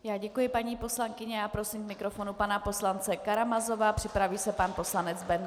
Já děkuji, paní poslankyně, a prosím k mikrofonu pana poslance Karamazova, připraví se pan poslanec Benda.